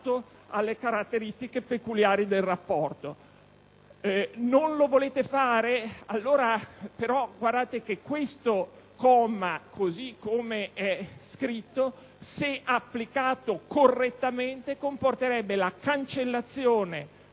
Non lo volete fare?